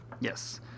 Yes